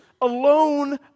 Alone